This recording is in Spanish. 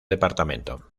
departamento